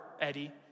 Eddie